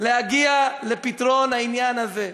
להגיע לפתרון העניין הזה?